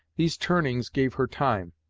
these turnings gave her time,